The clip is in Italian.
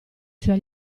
suoi